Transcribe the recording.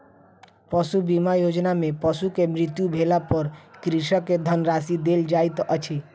पशु बीमा योजना में पशु के मृत्यु भेला पर कृषक के धनराशि देल जाइत अछि